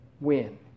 win